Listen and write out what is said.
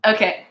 Okay